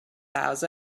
boughs